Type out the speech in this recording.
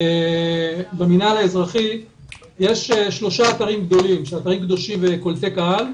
במנהל האזרחי יש שלושה אתרים קדושים גדולים וקולטי קהל: